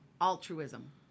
altruism